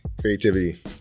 Creativity